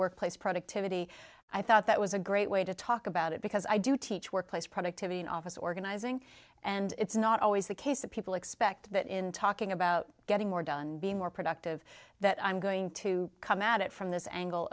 workplace productivity i thought that was a great way to talk about it because i do teach workplace productivity and office organizing and it's not always the case that people expect that in talking about getting more done being more productive that i'm going to come at it from this angle